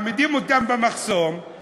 עוד הלילה, את חוק קידום התחרות בשוק המזון,